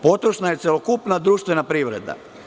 Potrošena je celokupna društvena privreda.